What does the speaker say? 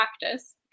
practice